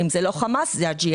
אם זה לא החמאס, זה הג'יהאד.